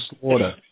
slaughter